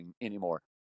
anymore